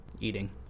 eating